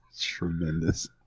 Tremendous